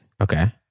Okay